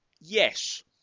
Yes